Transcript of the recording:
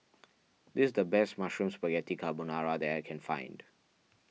this is the best Mushroom Spaghetti Carbonara that I can find